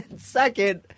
Second